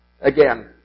Again